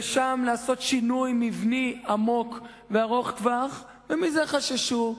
ושם לעשות שינוי מבני עמוק וארוך טווח, ומזה חששו.